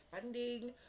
funding